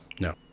No